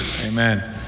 Amen